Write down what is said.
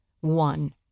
One